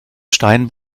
stein